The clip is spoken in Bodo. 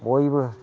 बयबो